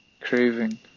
craving